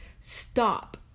stop